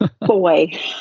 boy